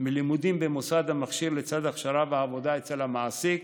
מלימודים במוסד המכשיר לצד הכשרה ועבודה אצל המעסיק